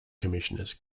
commissioners